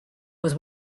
was